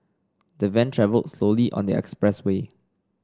the van travelled slowly on the expressway